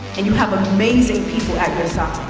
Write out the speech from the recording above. and you have amazing people at this ah